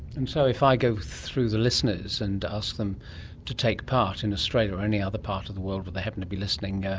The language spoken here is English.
and so if i go through the listeners and ask them to take part in australia or any other part of the world where they happen to be listening, yeah